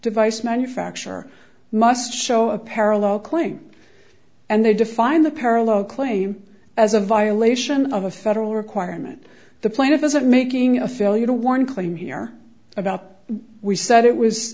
device manufacturer must show a parallel claim and they define the parallel claim as a violation of a federal requirement the plaintiff isn't making a failure to warn claim here about we said it was